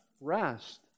rest